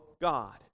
God